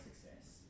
success